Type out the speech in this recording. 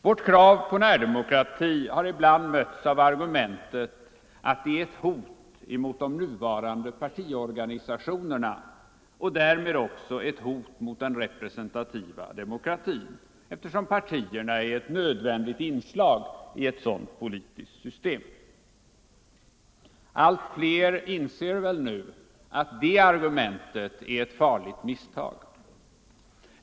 Vårt krav på närdemokrati har ibland mötts av argumentet att det är ett hot mot de nuvarande partiorganisationerna och därmed också ett hot mot den representativa demokratin, eftersom partier är ett nödvändigt inslag i ett representativt politiskt system. Allt fler inser väl nu att det argumentet är ett farligt misstag.